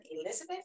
Elizabeth